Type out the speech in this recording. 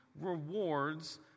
rewards